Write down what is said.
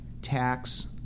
tax